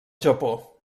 japó